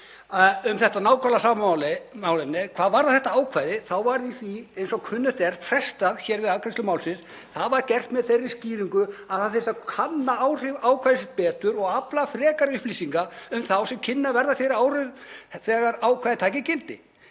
um þetta nákvæmlega sama máli: „En hvað varðar þetta ákvæði þá var því, eins og kunnugt er, frestað hér við afgreiðslu málsins og það var gert með þeirri skýringu að það þyrfti að kanna áhrif ákvæðisins betur og afla frekari upplýsinga um þá sem kynnu að verða fyrir áhrifum þegar ákvæðið tæki gildi.